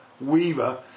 Weaver